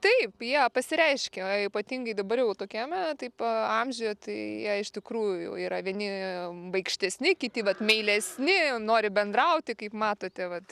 taip jie pasireiškia ypatingai dabar jau tokiame taip amžiuje tai iš tikrųjų yra vieni baikštesni kiti vat meilesni nori bendrauti kaip matote vat